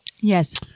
Yes